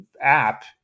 app